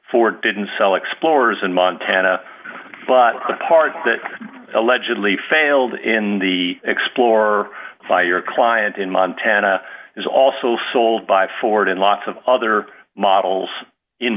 ford didn't sell explorers in montana but the part that allegedly failed in the explorer for your client in montana is also sold by ford and lots of other models in